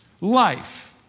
life